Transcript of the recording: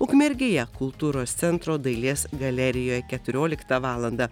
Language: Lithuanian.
ukmergėje kultūros centro dailės galerijoje keturioliktą valandą